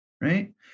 right